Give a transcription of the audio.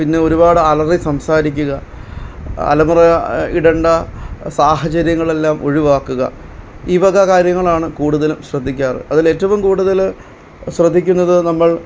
പിന്നെ ഒരുപാട് അലറി സംസാരിക്കുക അലമുറ ഇടണ്ട സാഹചര്യങ്ങളെല്ലാം ഒഴിവാക്കുക ഈ വക കാര്യങ്ങളാണ് കൂടുതലും ശ്രദ്ധിക്കാറ് അതിലേറ്റവും കൂടുതൽ ശ്രദ്ധിക്കുന്നത് നമ്മള്